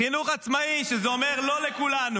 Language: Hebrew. חינוך עצמאי, שזה אומר לא לכולנו.